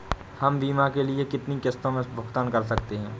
हम बीमा के लिए कितनी किश्तों में भुगतान कर सकते हैं?